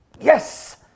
yes